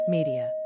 Media